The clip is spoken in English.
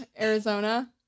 Arizona